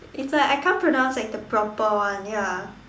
it's like I can't pronounce like the proper one ya